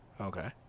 Okay